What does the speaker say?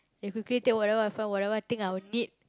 then quickly take whatever I found whatever I think I'll need